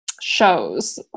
shows